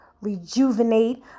rejuvenate